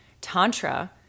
Tantra